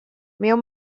meu